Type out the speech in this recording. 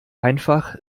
einfach